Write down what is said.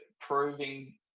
proving